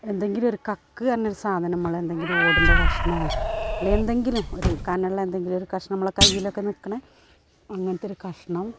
എന്തെങ്കിലുവൊരു കക്ക് പറഞ്ഞൊരു സാധനം നമ്മളെന്തെങ്കിലും ഓടിൻ്റെ കഷ്ണമോ അല്ലെ എന്തെങ്കിലും ഒരു കനമുള്ള എന്തെങ്കിലുമൊരു കഷ്ണം നമ്മളെ കയ്യിലൊക്കെ നിൽക്കണ അങ്ങനത്തൊരു കഷ്ണവും